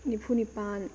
ꯅꯤꯐꯨ ꯅꯤꯄꯥꯟ